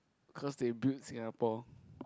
cause they build Singapore